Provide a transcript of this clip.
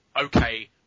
okay